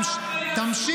לא,